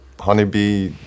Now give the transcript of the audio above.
Honeybee